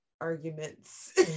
arguments